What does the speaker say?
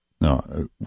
No